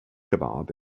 kebab